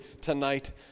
tonight